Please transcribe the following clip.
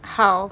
好